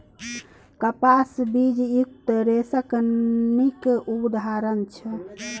कपास बीजयुक्त रेशाक नीक उदाहरण छै